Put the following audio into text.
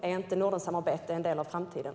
Är inte Nordensamarbetet en del av framtiden?